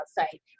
outside